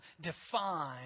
define